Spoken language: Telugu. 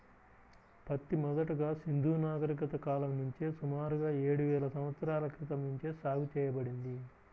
పత్తి మొదటగా సింధూ నాగరికత కాలం నుంచే సుమారుగా ఏడువేల సంవత్సరాల క్రితం నుంచే సాగు చేయబడింది